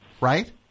right